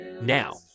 Now